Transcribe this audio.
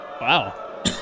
Wow